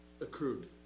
accrued